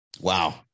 Wow